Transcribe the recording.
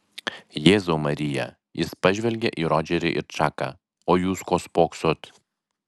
jėzau marija jis pažvelgė į rodžerį ir čaką o jūs ko spoksot